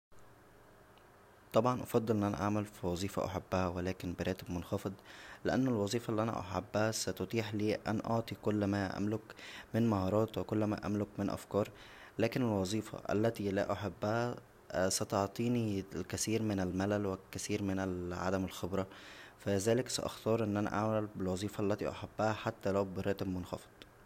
طبعا افضل ان انا اعمل فى وظيفه احبها ولكن براتب منخفض لان الوظيفه اللى انا احبها ستتيح لى ان اعطى كل ما املك من مهارات و كل ما املك من افكار لكن الوظيفه التى لا احبها ستعطينى الكثير من الملل و الكثير من عدم الخبره فلذلك ساختار ان انا اعمل بالوظيفه اللى انا احبها حتى لو براتب منخفض